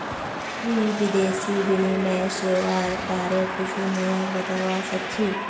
तुई विदेशी विनिमय सेवाआर बारे कुछु नया बतावा सक छी